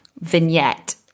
vignette